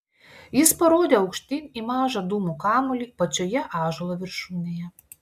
jis parodė aukštyn į mažą dūmų kamuolį pačioje ąžuolo viršūnėje